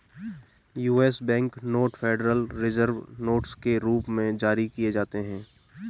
US bank note federal reserve notes के रूप में जारी किए जाते हैं